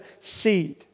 seed